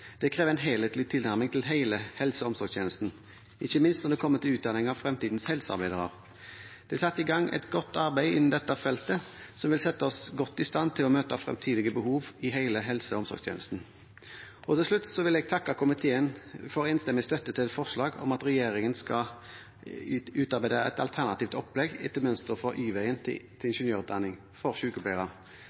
Det krever en helhetlig tilnærming til hele helse- og omsorgstjenesten, ikke minst når det kommer til utdanning av fremtidens helsearbeidere. Det er satt i gang et godt arbeid innen dette feltet som vil sette oss godt i stand til å møte fremtidige behov i hele helse- og omsorgstjenesten. Til slutt vil jeg takke komiteen for enstemmig støtte til et forslag til tilråding om at regjeringen skal utarbeide et alternativt opplegg for sykepleiere etter mønster fra Y-veien til ingeniørutdanning.